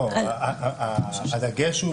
לא, הדגש הוא